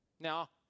Now